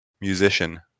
musician